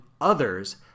others